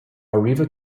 arriva